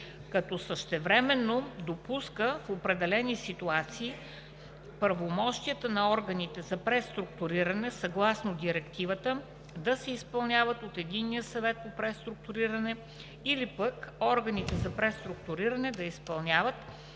като същевременно допуска в определени ситуации правомощията на органите за преструктуриране съгласно Директивата да се изпълняват от Единния съвет по преструктуриране или пък органите за преструктуриране да изпълняват